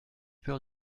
peur